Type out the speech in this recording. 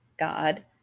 God